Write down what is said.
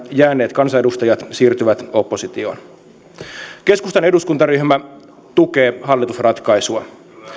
jääneet kansanedustajat siirtyvät oppositioon keskustan eduskuntaryhmä tukee hallitusratkaisua